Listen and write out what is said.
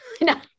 no